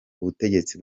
ubutegetsi